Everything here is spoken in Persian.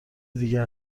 دیگه